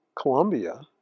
Colombia